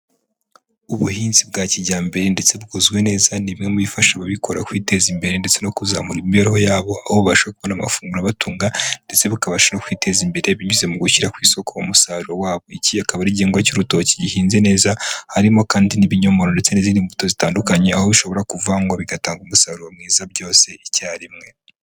Ubuhinzi bwa kijyambere ndetse bukozwe neza ni bimwe mu bifasha ababikora kwiteza imbere ndetse no kuzamura imibereho yabo aho babasha kubona amafunguro abatunga ndetse bakabasha no kwiteza imbere binyuze mu gushyira ku isoko umusaruro wabo. Iki akaba ari igingwa cy'urutoki gihinze neza harimo kandi n'ibinyomoro ndetse n'izindi mbuto zitandukanye aho bishobora kuvangwa bigatanga umusaruro mwiza byose icyarimwe.